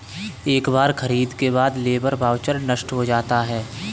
एक बार खरीद के बाद लेबर वाउचर नष्ट हो जाता है